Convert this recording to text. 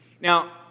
Now